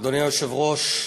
אדוני היושב-ראש,